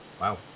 Wow